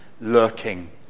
lurking